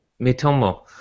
Mitomo